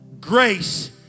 Grace